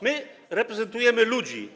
My reprezentujemy ludzi.